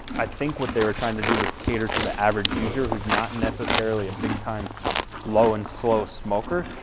i think what they were trying to do was cater to the average user who's not necessarily a big time low and slow smoker.